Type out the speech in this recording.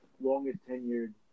longest-tenured